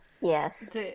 yes